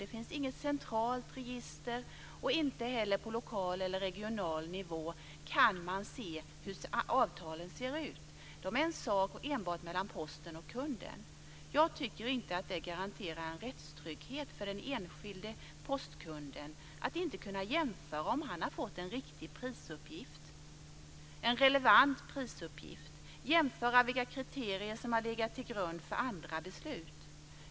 Det finns inget centralt register. Inte heller på lokal eller regional nivå kan man se hur avtalen ser ut, utan de är en sak enbart mellan Posten och kunden. Jag tycker inte att rättstrygghet garanteras för den enskilde postkunden om det inte går att jämföra och se om han fått en riktig, en relevant, prisuppgift eller vilka kriterier som legat till grund för andra beslut.